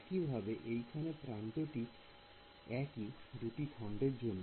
একইভাবে এইখানে প্রান্তটি একি দুটি খন্ডের জন্য